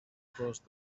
crossed